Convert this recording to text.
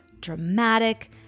dramatic